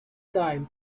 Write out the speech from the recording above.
time